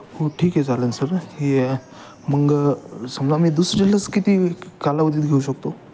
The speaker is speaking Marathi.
हो ठीक आहे चालेल सर हे मग समजा मी दुसरी लस किती कालावधीत घेऊ शकतो